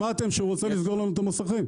שמעתם שהוא רוצה לסגור לנו את המוסכים?